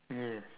ya